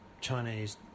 Chinese